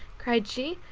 cried she,